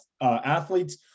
athletes